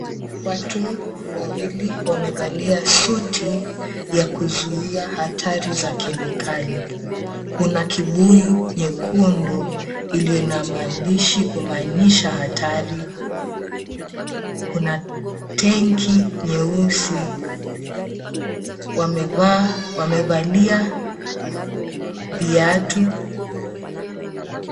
Watu wawili wamevalia suti za kuzuia hatari za kemikali. Kuna kibuyu nyekundu iliyo na maandishi kumaanisha hatari. Kuna tenki nyeusi wamevalia viatu.